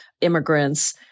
immigrants